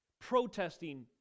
protesting